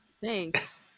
Thanks